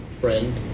friend